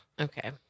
Okay